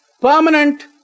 permanent